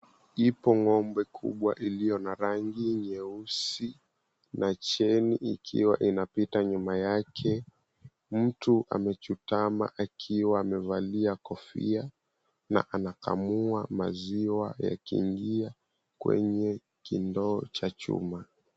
Ipo ng'ombe kubwa iliyo na rangi nyeusi na cheni ikiwa inapita nyuma yake. Mtu amejutama akiwa amevalia kofia na anakamua maziwa yakiingia kwenye kindoo cha chuma.